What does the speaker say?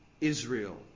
Israel